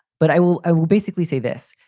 but i will ah will basically say this.